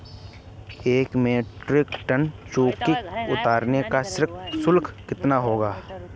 एक metric tonne चीकू उतारने का श्रम शुल्क कितना होगा?